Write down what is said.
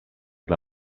dla